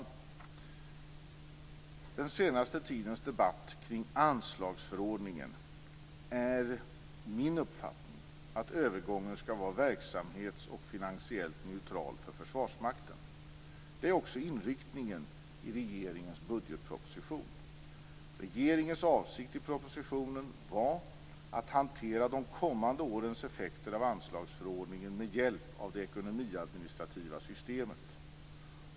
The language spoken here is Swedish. I den senaste tidens debatt kring anslagsförordningen är min uppfattning att övergången skall vara verksamhetsmässigt och finansiellt neutral för Försvarsmakten. Det är också inriktningen i regeringens budgetproposition. Regeringens avsikt i propositionen var att hantera de kommande årens effekter av anslagsförordningen med hjälp av det ekonomiadministrativa systemet.